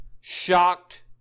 shocked